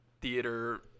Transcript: theater